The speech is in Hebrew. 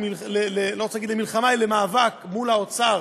אני לא רוצה להגיד "למלחמה" למאבק מול האוצר,